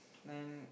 then